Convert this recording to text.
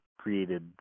created